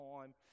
time